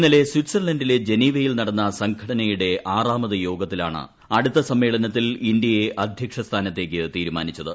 ഇന്നലെ സ്വിറ്റ്സർലന്റിലെ ജനീവയിൽ നടന്ന സംഘടനയുടെ ആറാമത് യോഗത്തിലാണ് അടുത്ത സമ്മേളനത്തിൽ ഇന്ത്യയെ അദ്ധ്യക്ഷസ്ഥാനത്തേക്ക് തീരുമാനിച്ചത്